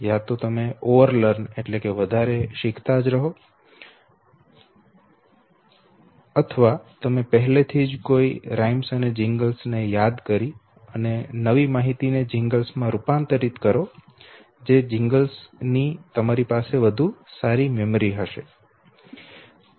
કાં તો તમે વધારે શીખો અથવા તમે પહેલાથી જ કોઈ કવિતાઓ અને જિંગલ્સ ને યાદ કરી અને નવી માહિતી ને જિંગલ્સ માં રૂપાંતરિત કરો જે જિંગલ્સ ની તમારી પાસે વધુ સારી મેમરી હશે